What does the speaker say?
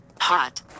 hot